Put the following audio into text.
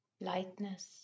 lightness